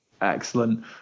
excellent